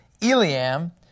Eliam